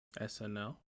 SNL